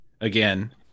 Again